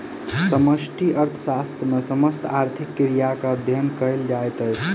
समष्टि अर्थशास्त्र मे समस्त आर्थिक क्रिया के अध्ययन कयल जाइत अछि